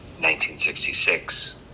1966